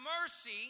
mercy